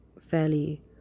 fairly